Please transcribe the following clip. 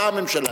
אתה הממשלה.